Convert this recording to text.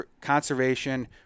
conservation